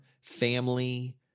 family